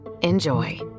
Enjoy